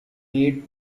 made